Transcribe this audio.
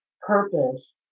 purpose